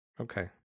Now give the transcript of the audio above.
Okay